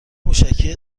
موشکی